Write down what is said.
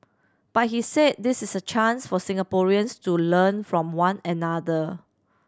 but he said this is a chance for Singaporeans to learn from one another